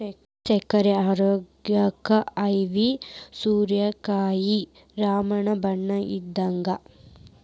ಸಕ್ಕ್ರಿ ರೋಗಕ್ಕ ಐವಿ ಸೋರೆಕಾಯಿ ರಾಮ ಬಾಣ ಇದ್ದಂಗ